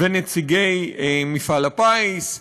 ונציגי מפעל הפיס,